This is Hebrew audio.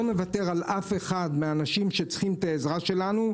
לא נוותר על אף אחד מהאנשים שצריכים את העזרה שלנו,